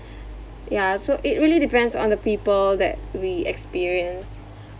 ya so it really depends on the people that we experience